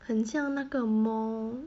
很像那个 mall